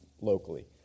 locally